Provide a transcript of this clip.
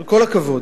כל הכבוד.